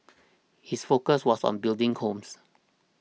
his focus was on building homes